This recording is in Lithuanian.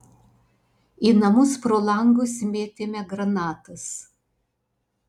į namus pro langus mėtėme granatas